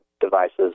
devices